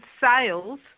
sales